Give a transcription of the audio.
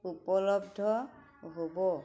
উপলব্ধ হ'ব